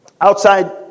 outside